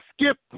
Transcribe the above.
skip